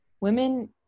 women